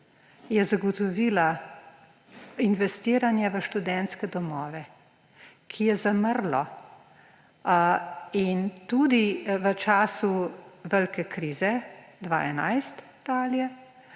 zagotovila investiranje v študentske domove, ki je zamrlo in se tudi od časa velike krize 2011 dalje